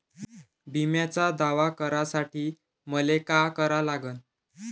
बिम्याचा दावा करा साठी मले का करा लागन?